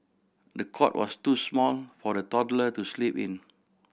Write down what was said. the cot was too small for the toddler to sleep in